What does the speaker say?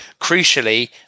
crucially